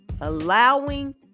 allowing